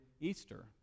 Easter